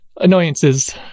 annoyances